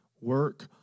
Work